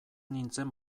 nintzen